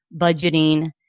budgeting